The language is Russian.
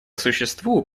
существу